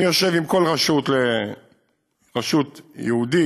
אני יושב עם כל רשות: רשות יהודית,